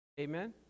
Amen